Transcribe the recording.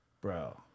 Bro